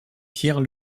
pierre